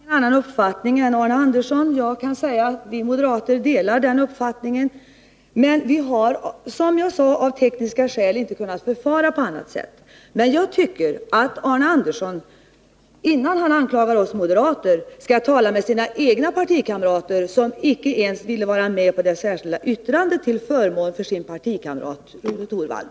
Fru talman! Jag har ingen annan uppfattning än Arne Andersson. Jag kan säga att vi moderater delar hans uppfattning. Men vi har, som jag sade, av tekniska skäl inte kunnat förfara på annat sätt än vi gjort. Men jag tycker att Arne Andersson, innan han anklagar oss moderater, skulle tala med sina egna partikamrater, som inte ens vill vara med på det särskilda yttrandet till förmån för sin partikamrat Rune Torwald.